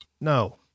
no